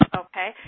okay